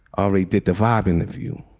ari did the vibe in the view.